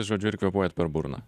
žodžiu ir kvėpuojat per burną